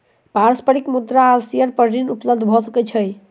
पारस्परिक मुद्रा आ शेयर पर ऋण उपलब्ध भ सकै छै